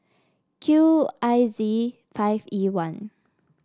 Q I Z five E one